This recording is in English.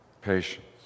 patience